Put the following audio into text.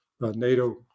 NATO